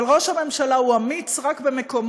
אבל ראש הממשלה הוא אמיץ רק במקומות